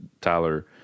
Tyler